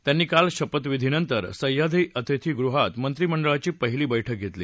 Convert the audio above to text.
त्यांनी काल शपथविधीनंतर सह्याद्री अतिथीगृहात मंत्रीमंडळाची पहिली बैठक घेतली